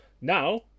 now